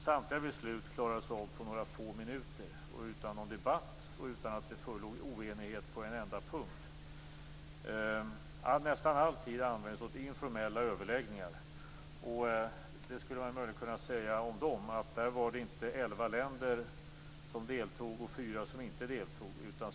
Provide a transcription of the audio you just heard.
Samtliga beslut klarades av på några få minuter, utan debatt och utan att oenighet förelåg på någon enda punkt. Nästan all tid användes till informella överläggningar. Om dem skulle man möjligen kunna säga att det inte var elva länder som deltog och fyra som inte deltog.